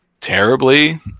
terribly